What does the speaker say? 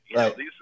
Right